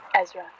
Ezra